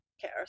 Care